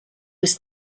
was